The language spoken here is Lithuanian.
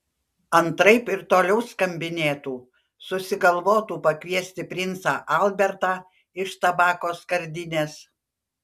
antraip ir toliau skambinėtų susigalvotų pakviesti princą albertą iš tabako skardinės